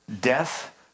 Death